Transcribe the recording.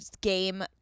game